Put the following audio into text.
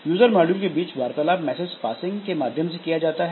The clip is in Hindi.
यूजर मॉड्यूल के बीच वार्तालाप मैसेज पासिंग के माध्यम से किया जाता है